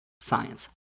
science